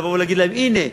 ולבוא ולהגיד להם: הנה,